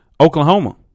Oklahoma